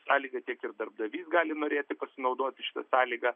sąlyga tiek ir darbdavys gali norėti pasinaudoti šita sąlyga